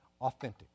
authentic